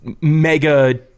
mega